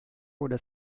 wurde